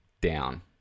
down